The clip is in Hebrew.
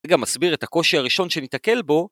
זה גם מסביר את הקושי הראשון שניתקל בו.